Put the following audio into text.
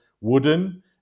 wooden